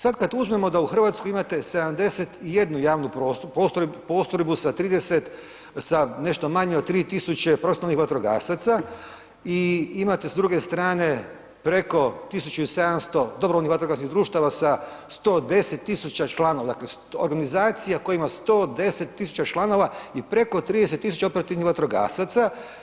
Sad kad uzmemo da u Hrvatskoj imate 71 javnu postrojbu sa 30, sa nešto manje od 3 tisuće profesionalnih vatrogasaca i imate s druge strane preko 1700 dobrovoljnih vatrogasnih društava sa 110 tisuća članova, dakle organizacija koja ima 110 tisuća članova i preko 30 tisuća operativnih vatrogasaca.